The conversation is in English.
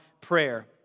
prayer